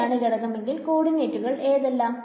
ആണ് ഘടകമെങ്കിൽ കോഡിനേറ്റുകൾ ഏതെല്ലാം